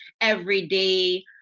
everyday